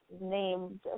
name